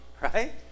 right